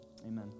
amen